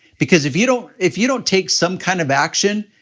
because if you know if you don't take some kind of action,